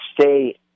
stay